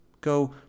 go